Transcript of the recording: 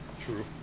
True